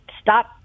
stop